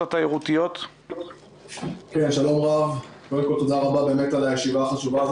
קודם כל תודה רבה על הישיבה החשובה.